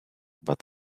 but